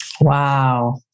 Wow